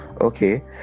okay